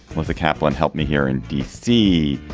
with the kaplan helped me here in d c.